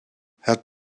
het